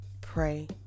Pray